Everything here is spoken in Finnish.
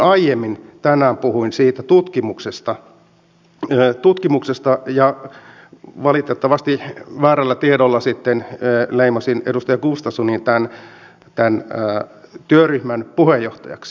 aiemmin tänään puhuin siitä tutkimuksesta ja valitettavasti väärällä tiedolla sitten leimasin edustaja gustafssonin tämän työryhmän puheenjohtajaksi